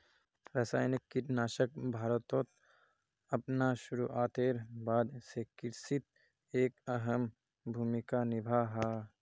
रासायनिक कीटनाशक भारतोत अपना शुरुआतेर बाद से कृषित एक अहम भूमिका निभा हा